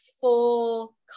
full